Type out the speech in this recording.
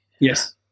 Yes